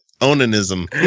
Onanism